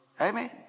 Amen